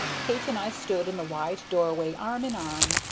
kate and i stood in the wide doorway, arm in arm,